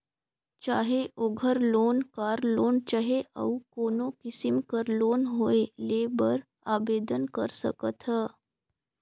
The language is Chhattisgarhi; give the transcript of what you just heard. चाहे ओघर लोन, कार लोन चहे अउ कोनो किसिम कर लोन होए लेय बर आबेदन कर सकत ह